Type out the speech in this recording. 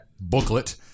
booklet